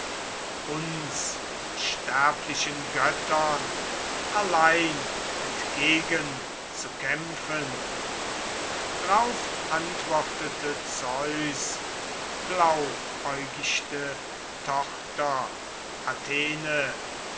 uns unsterblichen göttern allein entgegenzukämpfen drauf antwortete zeus blauäugichte tochter athene